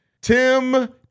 Tim